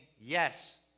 yes